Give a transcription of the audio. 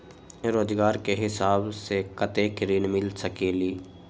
रोजगार के हिसाब से कतेक ऋण मिल सकेलि?